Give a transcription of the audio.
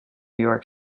york